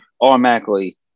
automatically